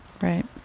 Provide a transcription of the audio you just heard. Right